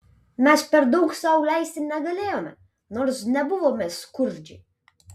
mes per daug sau leisti negalėjome nors nebuvome skurdžiai